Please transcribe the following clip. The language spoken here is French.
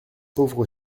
pauvre